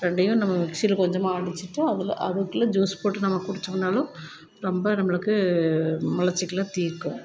ரெண்டையும் நம்ம மிக்ஸியில் கொஞ்சமாக அடித்துட்டு அதில் அதுக்குள்ளே ஜூஸ் போட்டு நம்ம குடித்தோம்னாலும் ரொம்ப நம்மளுக்கு மலச்சிக்கலை தீர்க்கும்